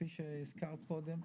כפי שהזכרת קודם,